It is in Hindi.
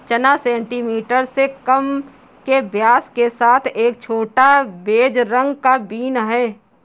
चना सेंटीमीटर से कम के व्यास के साथ एक छोटा, बेज रंग का बीन है